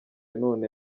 none